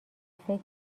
فکر